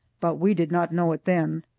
but we did not know it then.